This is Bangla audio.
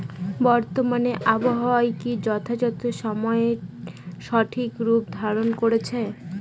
বর্তমানে আবহাওয়া কি যথাযথ সময়ে সঠিক রূপ ধারণ করছে?